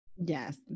Yes